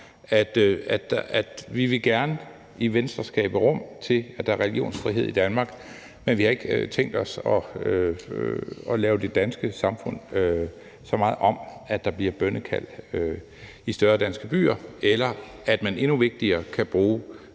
vil vi gerne vil skabe rum til, at der er religionsfrihed Danmark, men vi har ikke tænkt os at lave det danske samfund så meget om, at der bliver bønnekald i større danske byer, eller at man, endnu vigtigere, kan bruge